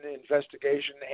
investigation